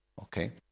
Okay